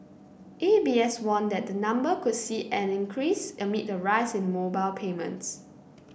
A B S warned that the number could see an increase amid a rise in mobile payments